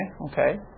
okay